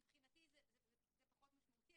מבחינתי, זה פחות משמעותי.